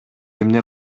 эмне